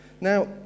Now